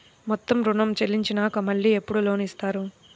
మొత్తం ఋణం చెల్లించినాక మళ్ళీ ఎప్పుడు లోన్ ఇస్తారు?